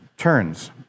turns